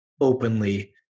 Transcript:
openly